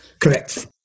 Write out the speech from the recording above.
Correct